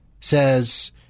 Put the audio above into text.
says